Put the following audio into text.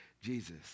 Jesus